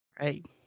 Right